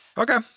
Okay